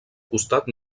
costat